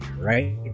right